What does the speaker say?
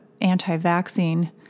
anti-vaccine